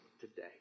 today